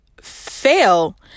fail